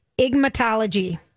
igmatology